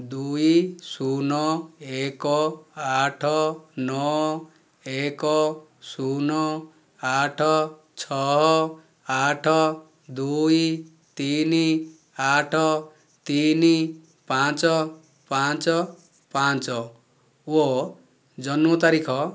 ଦୁଇ ଶୂନ ଏକ ଆଠ ନଅ ଏକ ଶୂନ ଆଠ ଛଅ ଆଠ ଦୁଇ ତିନି ଆଠ ତିନି ପାଞ୍ଚ ପାଞ୍ଚ ପାଞ୍ଚ ଓ ଜନ୍ମ ତାରିଖ